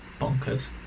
bonkers